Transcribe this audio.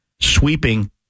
sweeping